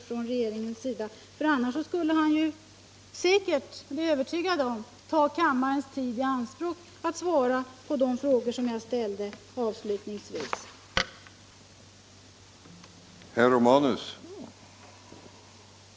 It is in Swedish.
Jag är övertygad om att han annars skulle ta kammarens tid i anspråk för att svara på de frågor som jag avslutningsvis ställde i mitt förra anförande.